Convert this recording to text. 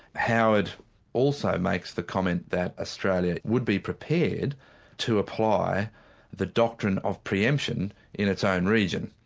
howard also makes the comment that australia would be prepared to apply the doctrine of pre-emption in its own region.